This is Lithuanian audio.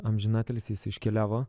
amžinatilsį jis iškeliavo